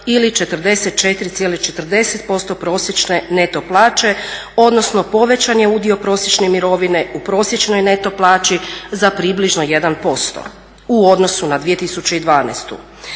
ili 44,40% prosječne neto plaće odnosno povećan je udio prosječne mirovine u prosječnoj neto plaći za približno 1% u odnosu na 2012.